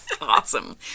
awesome